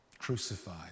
crucified